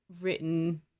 written